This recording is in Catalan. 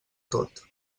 tot